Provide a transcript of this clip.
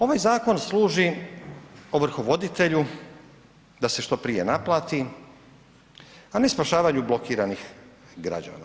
Ovaj zakon služi ovrhovoditelju da se što prije naplati, a ne spašavanju blokiranih građana.